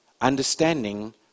Understanding